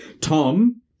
Tom